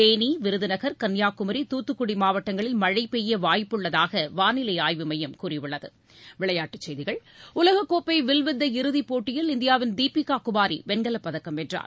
தேனி விருதநகர் கன்னியாகுமரி தூத்துக்குடிமாவட்டங்களில் மழைபெய்யவாய்ப்புள்ளதாகவானிலைஆய்வு மையம் கூறியுள்ளது விளையாட்டுச்செய்திகள் உலகக்கோப்பைவில்வித்தை இறுதிப் போட்டியில் இந்தியாவின் தீபிகாகுமாரிவெண்கலப் பதக்கம் வென்றார்